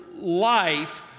life